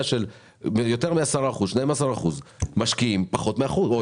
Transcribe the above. של יותר מ-10% או 12% משקיעים פחות מאחוז.